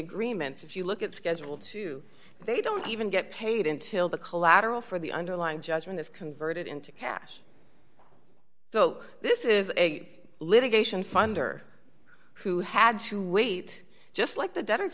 agreement if you look at schedule two they don't even get paid until the collateral for the underlying judgment is converted into cash so this is a litigation funder who had to wait just like the de